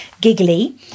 Giggly